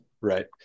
Right